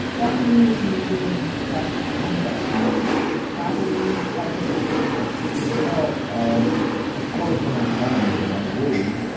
gasoline was moving in trucks and rail cars traveling by police escort well, um of course, i'm an economist. and i'm worried.